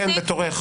כן, בתורך.